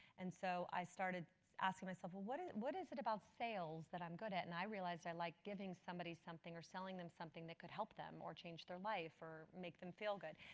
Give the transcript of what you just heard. and so i started asking myself, what and what is it about sales that i'm good at? and i realized i like giving somebody something or selling them something that could help them, or change their life or make them feel good.